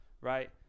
right